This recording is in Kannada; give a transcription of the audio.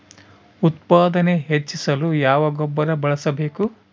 ಉತ್ಪಾದನೆ ಹೆಚ್ಚಿಸಲು ಯಾವ ಗೊಬ್ಬರ ಬಳಸಬೇಕು?